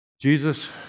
Jesus